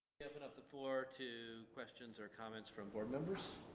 yeah but up the floor to questions or comments from board members.